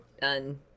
Done